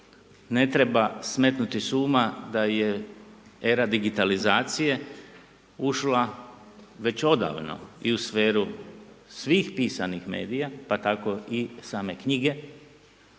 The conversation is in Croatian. ne treba smetnuti s uma da je era digitalizacije ušla već odavno i u sferu svih pisanih medija pa tako i same knjige